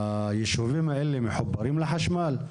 הישובים האלה מחוברים לחשמל?